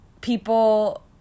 People